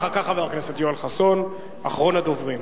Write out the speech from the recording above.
אחר כך, חבר הכנסת יואל חסון, אחרון הדוברים.